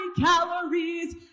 calories